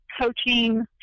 coaching